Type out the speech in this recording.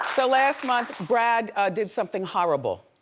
so last month brad did something horrible.